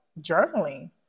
journaling